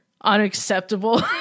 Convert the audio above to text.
unacceptable